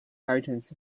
items